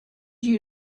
you